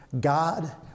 God